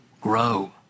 grow